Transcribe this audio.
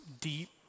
deep